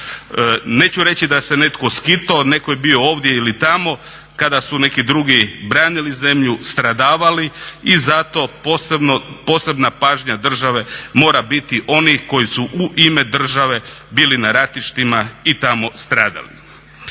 Neću reći da se netko skito neko je bio ovdje ili tamo kada su neki drugi branili zemlju, stradavali i zato posebna pažnja države mora biti onih koji su u ime države bili na ratištima i tamo stradali.